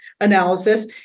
analysis